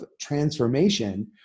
transformation